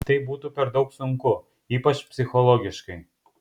tai būtų per daug sunku ypač psichologiškai